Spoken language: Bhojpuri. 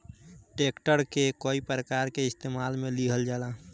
ट्रैक्टर के कई प्रकार के इस्तेमाल मे लिहल जाला